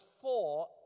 four